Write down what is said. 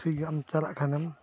ᱴᱷᱤᱠᱜᱮᱭᱟ ᱟᱢ ᱪᱟᱞᱟᱜ ᱠᱷᱟᱱᱮᱢ